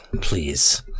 Please